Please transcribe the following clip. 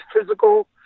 physical